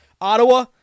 Ottawa